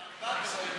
ארבע-גלגלי